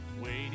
waiting